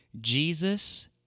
Jesus